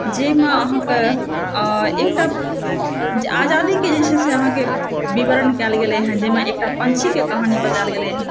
जाहिमऽ अहाँकऽ एकटा आजादीके जे छै से अहाँकेँ विवरण कयल गेलय हँ जाहिमे एकटा पङ्क्षीके कहानी बतायल गेलय हँ